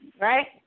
Right